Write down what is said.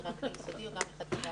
זה רק ליסודי או גם לחטיבה?